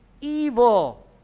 evil